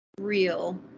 real